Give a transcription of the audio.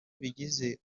bigize